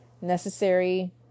necessary